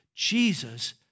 Jesus